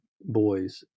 boys